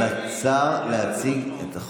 לאפשר לשר להציג את החוק.